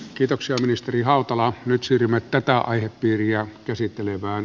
kiitoksia ministeri hautala nyt siirrymme tätä aihepiiriä käsittelevään